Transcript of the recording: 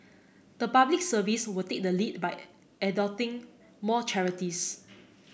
the Public Service will take the lead by adopting more charities